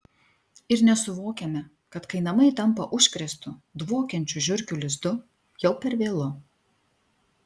ir nesuvokiame kad kai namai tampa užkrėstu dvokiančiu žiurkių lizdu jau per vėlu